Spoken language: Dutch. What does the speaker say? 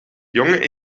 jonge